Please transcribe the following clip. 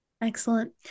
Excellent